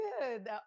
good